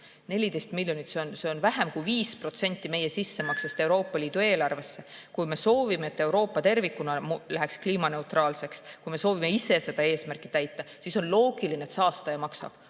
14 miljonit, see on vähem kui 5% meie sissemaksest Euroopa Liidu eelarvesse. Kui me soovime, et Euroopa tervikuna muutuks kliimaneutraalseks, kui me soovime ise seda eesmärki täita, siis on loogiline, et saastaja maksab.